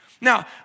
Now